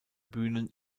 bühnen